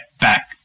back